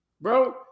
Bro